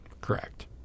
Correct